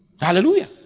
Hallelujah